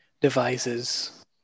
devices